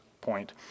point